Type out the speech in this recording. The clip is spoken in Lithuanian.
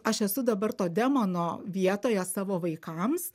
aš esu dabar to demono vietoje savo vaikams